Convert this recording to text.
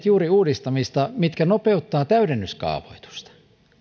juuri tehneet uudistamista mikä nopeuttaa täydennyskaavoitusta